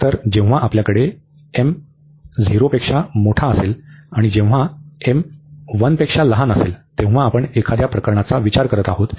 तर जेव्हा आपल्याकडे हे असेल आणि जेव्हा असेल तेव्हा आपण एखाद्या प्रकरणाचा विचार करीत आहोत